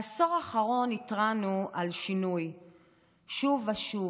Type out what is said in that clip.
בעשור האחרון התרענו על שינוי שוב ושוב,